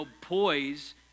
poise